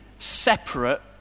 Separate